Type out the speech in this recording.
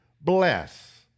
Bless